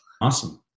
Awesome